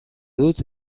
dut